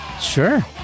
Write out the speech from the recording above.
sure